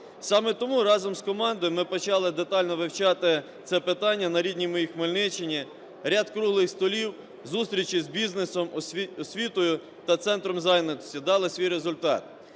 Саме тому разом з командою ми почали детально вивчати це питання на рідній моїй Хмельниччині. Ряд круглих столів, зустріч із бізнесом, освітою та центром зайнятості дали свій результат.